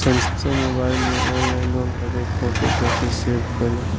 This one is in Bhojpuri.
सैमसंग मोबाइल में ऑनलाइन लोन खातिर फोटो कैसे सेभ करीं?